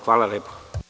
Hvala lepo.